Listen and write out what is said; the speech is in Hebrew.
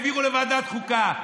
העבירו לוועדת החוקה.